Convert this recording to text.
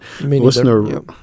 listener